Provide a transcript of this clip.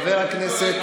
חבר הכנסת